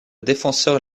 défenseur